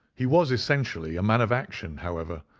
he was essentially a man of action, however,